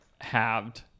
halved